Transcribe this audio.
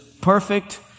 perfect